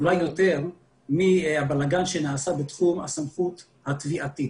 מאתגר מהבלגן שנעשה בתחום הסמכות התביעתית.